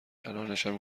الانشم